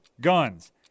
guns